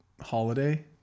holiday